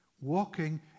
walking